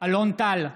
אלון טל,